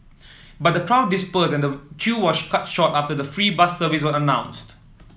but the crowd dispersed and the queue was cut short after the free bus service was announced